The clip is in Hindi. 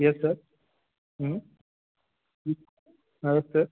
yes sir hmm hmm right sir